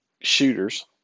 shooters